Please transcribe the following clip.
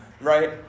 Right